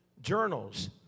journals